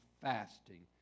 fasting